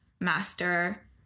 master